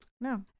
no